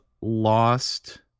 lost